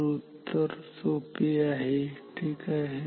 तर उत्तर सोपे आहे ठीक आहे